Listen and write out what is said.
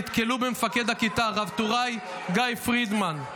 נתקלו במפקד הכיתה רב-טוראי גיא פרידמן,